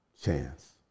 chance